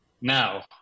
Now